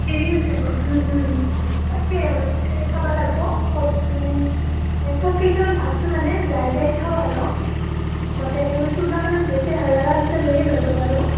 দেৰি হৈ যাব তাকেই ৰ'বা তাকে চাব লাগিব ক'ত মানে সবকেইখনত ভাবিছোঁ মানে যাই যাই চাওঁ আৰু গোটেইখনত কোনোবাখনত বেছি ভাল লগা হ'লেতো লৈয়ে ল'লোঁ বাৰু